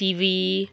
TV